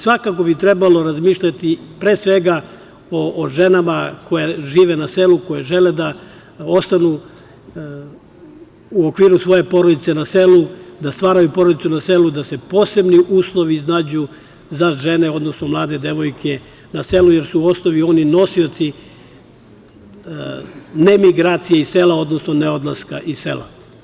Svakako bi trebalo razmišljati pre svega o ženama koje žive na selu, koje žele da ostanu u okviru svoje porodice na selu, da stvaraju porodicu na selu, da se posebni uslovi iznađu za žene, odnosno mlade devojke na selu, jer su u osnovi one nosioci nemigracije iz sela, odnosno neodlaska iz sela.